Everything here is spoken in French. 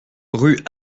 rue